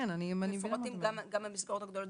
מפורטות גם המסגרות הגדולות,